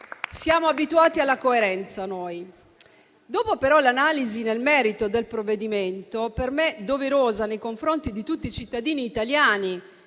siamo abituati alla coerenza. Dopo l'analisi nel merito del provvedimento, per me doverosa nei confronti di tutti i cittadini italiani